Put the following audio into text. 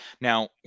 Now